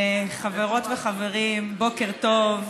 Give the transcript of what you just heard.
חברות וחברים, בוקר טוב.